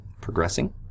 progressing